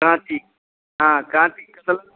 काँटी हाँ काँटी